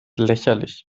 lächerlich